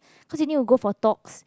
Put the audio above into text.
cause you need to go for talks